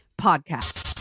Podcast